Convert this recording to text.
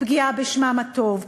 פגיעה בשמם הטוב,